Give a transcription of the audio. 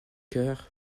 coeur